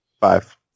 five